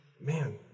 Man